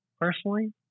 personally